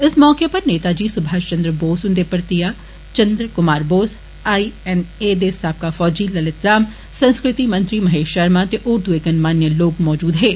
इस मौके उप्पर नेताजी सुमाष चन्द्र बोस हुन्दे भरतिया Chandra Kumar Bose I N A दे साबका फौजी ललित राम संस्कृति मंत्री महेश शर्मा ते होर दुए गणमान्य लोक मौजूद हे